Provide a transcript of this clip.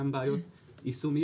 גם בעיות יישומיות,